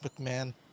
McMahon